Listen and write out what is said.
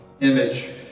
image